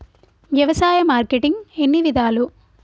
వ్యవసాయ మార్కెటింగ్ ఎన్ని విధాలు?